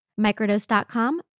Microdose.com